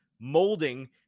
molding